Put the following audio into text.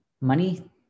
money